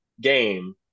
game